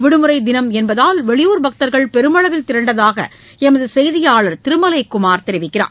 விடுமுறைதினம் என்பதால் வெளியூர் பக்தர்கள் பெருமளவில் திரண்டதாகஎமதுசெய்தியாளர் திருமலைக்குமார் தெரிவிக்கிறார்